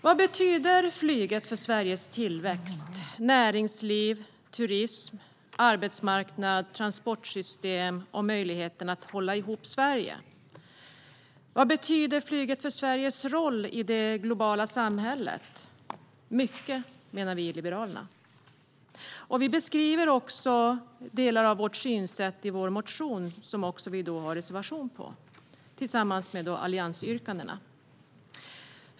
Vad betyder flyget för Sveriges tillväxt, näringsliv, turism, arbetsmarknad och transportsystem och för möjligheten att hålla ihop Sverige? Vad betyder flyget för Sveriges roll i det globala samhället? Det betyder mycket, menar vi i Liberalerna. Vi beskriver också delar av vårt synsätt i vår motion, som också ligger till grund för vår reservation, tillsammans med alliansyrkandena.